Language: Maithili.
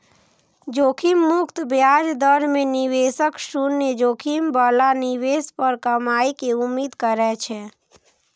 जोखिम मुक्त ब्याज दर मे निवेशक शून्य जोखिम बला निवेश पर कमाइ के उम्मीद करै छै